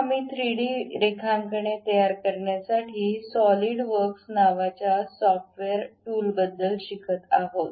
आम्ही 3डी रेखांकने तयार करण्यासाठी सॉलीडवर्क्स नावाच्या सॉफ्टवेअर टूलबद्दल शिकत आहोत